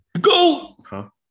Go